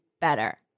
better